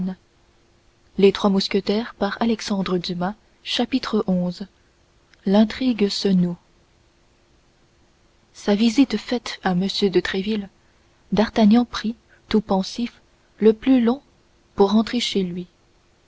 chapitre xi l'intrigue se noue sa visite faite à m de tréville d'artagnan prit tout pensif le plus long pour rentrer chez lui